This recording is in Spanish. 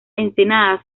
ensenada